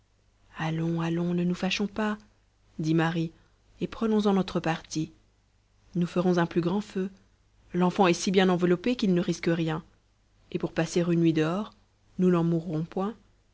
allons allons ne nous fâchons pas dit marie et prenonsen notre parti nous ferons un plus grand feu l'enfant est si bien enveloppé qu'il ne risque rien et pour passer une nuit dehors nous n'en mourrons point